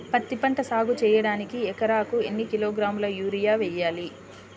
పత్తిపంట సాగు చేయడానికి ఎకరాలకు ఎన్ని కిలోగ్రాముల యూరియా వేయాలి?